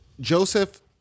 Joseph